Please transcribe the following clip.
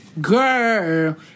Girl